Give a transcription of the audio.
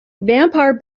vampire